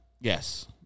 Yes